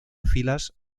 filas